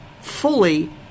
fully